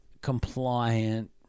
compliant